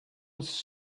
was